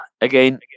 again